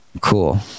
cool